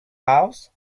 house